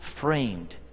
framed